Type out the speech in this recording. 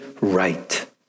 right